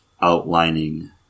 outlining